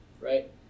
right